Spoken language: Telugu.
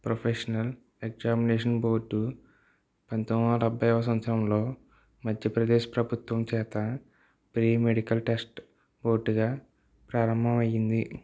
ప్రొఫెషనల్ ఎగ్జామినేషన్ బోర్డు పంతొంవ డెబ్భైయ్యవ సంవత్సరంలో మధ్యప్రదేశ్ ప్రభుత్వం చేత ప్రీ మెడికల్ టెస్ట్ బోర్డుగా ప్రారంభమయ్యింది